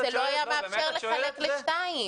זה לא היה מאפשר לחלק לשתיים.